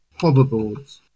hoverboards